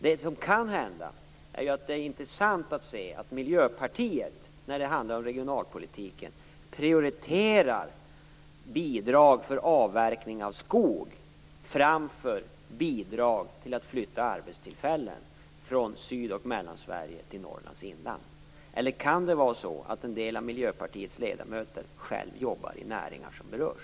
Det är intressant att se att Miljöpartiet, när det handlar om regionalpolitiken, prioriterar bidrag för avverkning av skog framför bidrag till att flytta arbetstillfällen från Syd och Mellansverige till Norrlands inland. Kan det vara så att en del av Miljöpartiets ledamöter själva jobbar i näringar som berörs?